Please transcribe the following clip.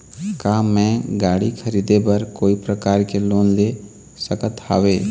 का मैं गाड़ी खरीदे बर कोई प्रकार के लोन ले सकत हावे?